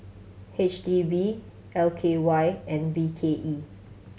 H D B L K Y and B K E